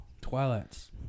Twilights